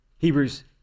Hebrews